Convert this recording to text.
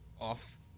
off